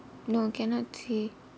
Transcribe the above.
no cannot see